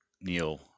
Neil